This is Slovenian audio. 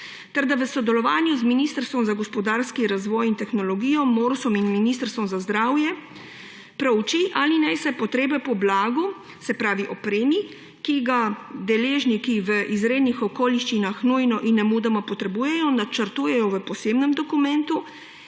ter da v sodelovanju z Ministrstvom za gospodarski razvoj in tehnologijo, Morsom in Ministrstvom za zdravje prouči, ali naj se potrebe po blagu, se pravi opremi, ki ga deležniki v izrednih okoliščinah nujno in nemudoma potrebujejo, načrtujejo v posebnem dokumentu